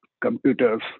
computers